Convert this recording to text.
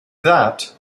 that